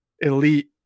elite